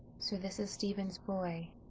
so this is stephen's boy,